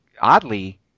Oddly